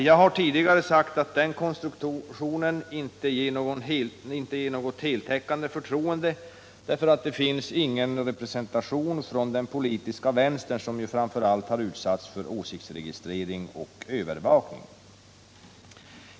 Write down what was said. Jag har tidigare sagt att den konstruktionen inte inger något heltäckande förtroende därför att där inte finns någon representation från den politiska vänstern, som ju framför allt är den som har utsatts för åsiktsregistrering och övervakning.